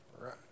right